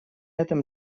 этом